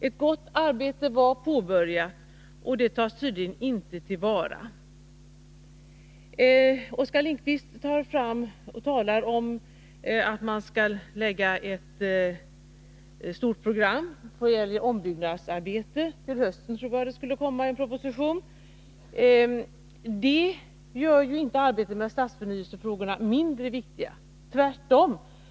Ett gott arbete var påbörjat, men det tas tydligen inte till vara. Oskar Lindkvist talade om att socialdemokraterna skall lägga fram ett stort program för ombyggnadsarbeten. Jag tror att det var till hösten som det skulle komma en proposition. Det gör inte arbetet med stadsförnyelsefrågorna mindre viktigt — tvärtom.